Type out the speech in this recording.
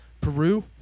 Peru